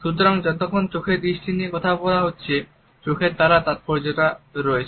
সুতরাং যতক্ষণ চোখের দৃষ্টির ধারণা নিয়ে কথা হচ্ছে চোখের তারায় তাৎপর্যতা রয়েছে